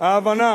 ההבנה